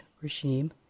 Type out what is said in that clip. regime